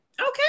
Okay